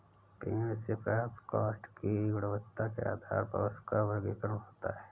पेड़ से प्राप्त काष्ठ की गुणवत्ता के आधार पर उसका वर्गीकरण होता है